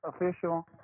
official